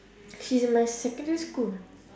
she is my secondary school